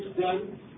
done